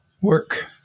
work